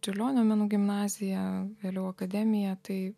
čiurlionio menų gimnazija vėliau akademija tai